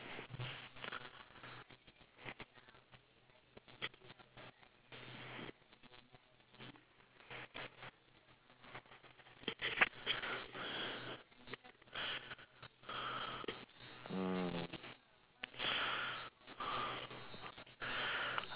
mm